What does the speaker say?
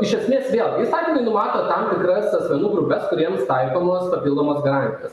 iš esmės vėl įstatymai numato tam tikras asmenų grupes kuriems taikomos papildomos garantijos